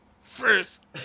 first